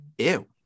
Ew